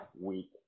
week